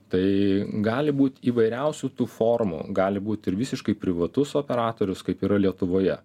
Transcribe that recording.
tai gali būt įvairiausių tų formų gali būti ir visiškai privatus operatorius kaip yra lietuvoje